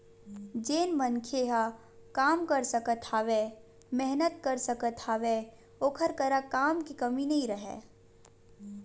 जेन मनखे ह काम कर सकत हवय, मेहनत कर सकत हवय ओखर करा काम के कमी नइ राहय